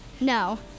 No